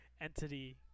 entity